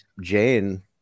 Jane